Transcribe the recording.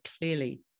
clearly